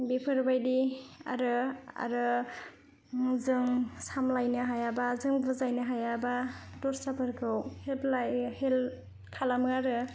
बिसोरबादि आरो आरो जों सामलायनो हायाब्ला जों बुजायनो हायाब्ला दस्राफोरखौ हेल्प लायो हेल्प खालामो आरो